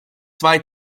zwei